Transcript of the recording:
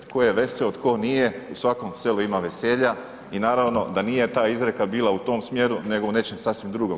Tko je veseo, tko nije, u svakom selu ima veselja i naravno da nije ta izreka bila u tom smjeru nego u nečem sasvim drugom.